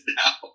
now